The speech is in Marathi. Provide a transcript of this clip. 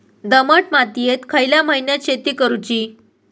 दमट मातयेत खयल्या महिन्यात शेती करुची?